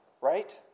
right